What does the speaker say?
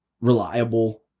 Reliable